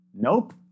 nope